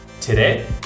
Today